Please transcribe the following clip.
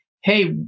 hey